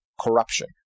corruption